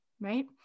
right